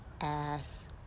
ass